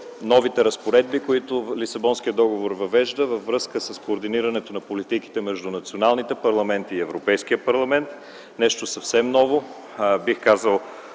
новите разпоредби, които Лисабонският договор въвежда във връзка с координирането на политиките между националните парламенти и Европейския парламент – нещо съвсем ново, бих казал